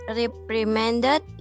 reprimanded